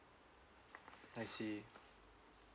I see